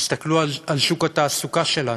תסתכלו על שוק התעסוקה שלנו,